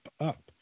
up